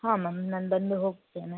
ಹಾಂ ಮ್ಯಾಮ್ ನಾನು ಬಂದು ಹೋಗ್ತೇನೆ